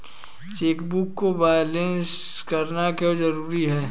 Chequebook को balance करना क्यों जरूरी है?